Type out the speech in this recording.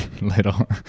little